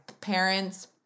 parents